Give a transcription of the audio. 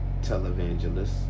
televangelists